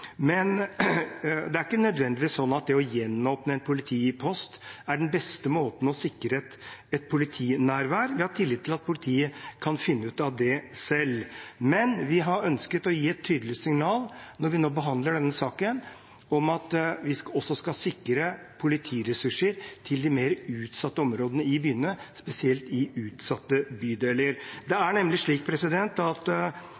Det er ikke nødvendigvis sånn at det å gjenåpne en politipost er den beste måten å sikre et politinærvær på, vi har tillit til at politiet kan finne ut av det selv, men vi har ønsket å gi et tydelig signal når vi nå behandler denne saken, om at vi også skal sikre politiressurser til de mer utsatte områdene i byene, spesielt i utsatte bydeler. Det er nemlig slik at